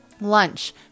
lunch